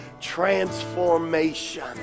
transformation